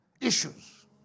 issues